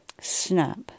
snap